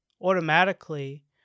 automatically